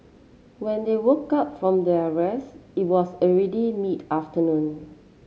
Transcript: when they woke up from their rest it was already mid afternoon